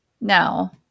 Now